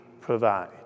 provide